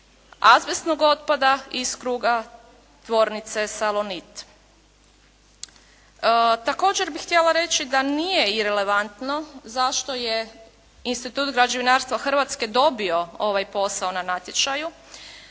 azbestnog otpada iz kruga tvornice Salonit. Također bih htjela reći da nije irelevantno zašto je institut građevinarstva Hrvatske dobio ovaj posao na natječaju,